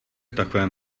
takovém